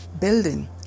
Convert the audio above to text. building